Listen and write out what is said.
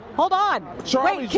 hold on. charlie